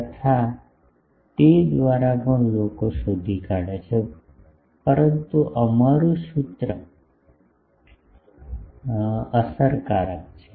તેથી તે દ્વારા પણ લોકો શોધી કાઢે છે પરંતુ અમારું તે સૂત્ર અસરકારક છે